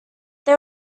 they